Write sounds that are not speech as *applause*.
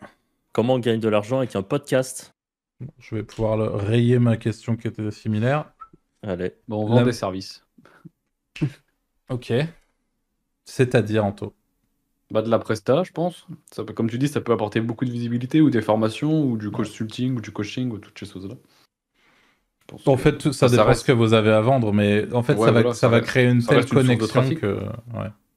Comment on gagne de l'argent avec un podcast ? Je vais pouvoir le- rayer ma question qui était similaire. Allez. Bon, on vend La- des services. *laughs* Ok. C'est-à-dire, Anto ? Bah, de la presta, je pense. Ça peut- comme tu dis, ça peut apporter beaucoup de visibilité ou des formations ou du Ouais. consulting ou du coaching ou toutes ces choses-là. Je pense En que fait, tout- ça ça dépend reste- ce que vous avez à vendre, mais en fait, Ouais, ça va- voilà, ça ça va reste- créer une ça telle reste une source de connexion trafic. que- ouais.